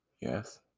Yes